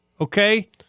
okay